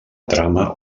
trama